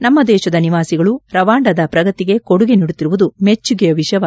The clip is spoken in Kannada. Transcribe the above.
ನಮ್ಮ ದೇಶದ ನಿವಾಸಿಗಳು ರವಾಂಡದ ಪ್ರಗತಿಗೆ ಕೊಡುಗೆ ನೀಡುತ್ತಿರುವುದು ಮೆಚ್ಚುಗೆಯ ವಿಷಯವಾಗಿದೆ